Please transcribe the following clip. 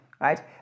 right